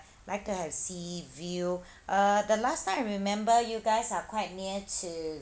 I'd like to have sea view uh the last time I remember you guys are quite near to